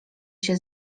się